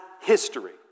history